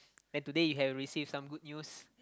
then today you have receive some good news